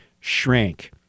shrank